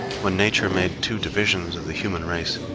when nature made two divisions of the human race,